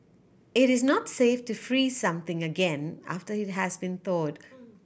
it is not safe to freeze something again after it has been thawed